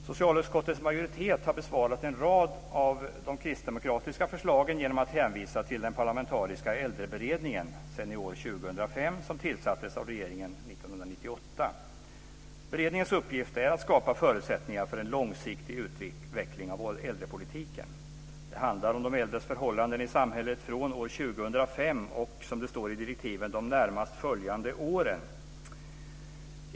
Socialutskottets majoritet har besvarat en rad av de kristdemokratiska förslagen genom att hänvisa till den parlamentariska Äldreberedningen, Senior 2005, som tillsattes av regeringen 1998. Beredningens uppgift är att skapa förutsättningar för en långsiktig utveckling av äldrepolitiken. Det handlar om de äldres förhållanden i samhället från år 2005 och, som det står i direktiven, de närmast följande åren.